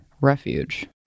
Refuge